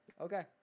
Okay